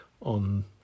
on